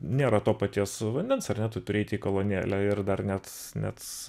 nėra to paties vandens ar ne tu turi eiti į kolonėlę ir dar net net